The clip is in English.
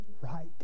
right